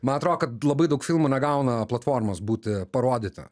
man atrodo kad labai daug filmų negauna platformas būti parodyti